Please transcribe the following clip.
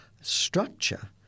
structure